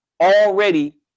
already